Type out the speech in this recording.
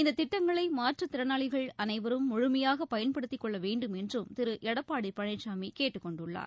இந்ததிட்டங்களைமாற்றுத்திறனாளிகள் அனைவரும் முழுமையாகபயன்படுத்திக் கொள்ளவேண்டும் என்றும் திருஎடப்பாடிபழனிசாமிகேட்டுக் கொண்டுள்ளார்